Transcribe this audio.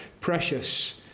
precious